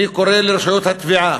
אני קורא לרשויות התביעה